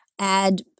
Add